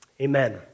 Amen